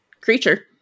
creature